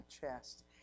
chest